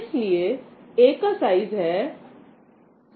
इसलिए A का size है 16384